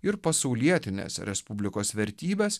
ir pasaulietinės respublikos vertybes